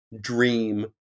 dream